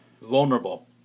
Vulnerable